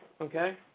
okay